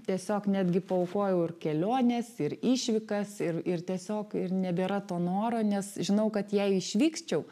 tiesiog netgi paaukojau ir keliones ir išvykas ir ir tiesiog ir nebėra to noro nes žinau kad jei išvykčiau